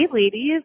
ladies